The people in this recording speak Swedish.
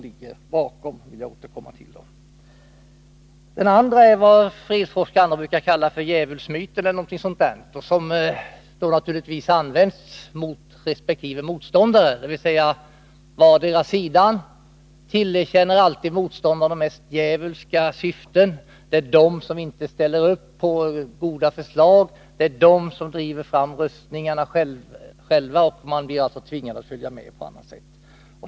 Den andra förklaringen är vad fredsforskare och andra brukar kalla för djävulsmyten eller något sådant — vardera sidan tillerkänner alltid motståndaren de mest djävulska syften: det är de andra som inte ställer upp på goda förslag, det är de andra som driver fram rustningar, och man blir tvingad att följa med på alla sätt.